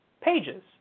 pages